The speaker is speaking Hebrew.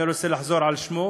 אני לא רוצה לחזור על שמו.